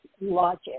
logic